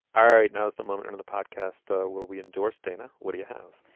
all right. now is the moment into the podcast ah where we endorse dana. what do you have?